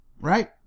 right